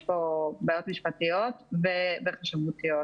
יש פה בעיות משפטיות וחשבותיות.